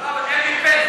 אפּיפּן.